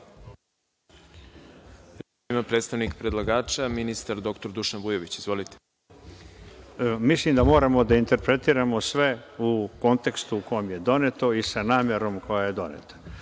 ima predstavnik predlagača ministar dr Dušan Vujović. Izvolite. **Dušan Vujović** Mislim da moramo da interpretiramo sve u kontekstu u kom je doneto i sa namerom koja je doneta.